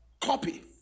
Copy